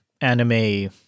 anime